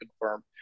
confirm